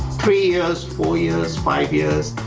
three years four years five years,